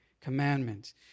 commandments